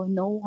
no